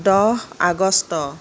দহ আগষ্ট